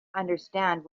understand